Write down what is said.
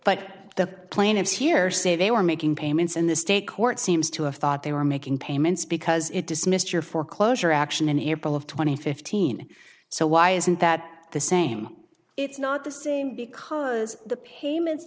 but the plaintiffs here say they were making payments and the state court seems to have thought they were making payments because it dismissed your foreclosure action an airball of two thousand and fifteen so why isn't that the same it's not the same because the payments